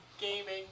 gaming